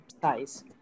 size